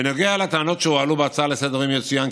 בנוגע לטענות שהועלו בהצעה לסדר-היום יצוין,